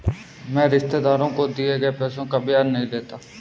मैं रिश्तेदारों को दिए गए पैसे का ब्याज नहीं लेता